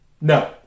No